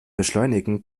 beschleunigen